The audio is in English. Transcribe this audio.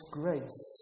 grace